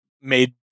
made